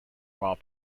while